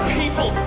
people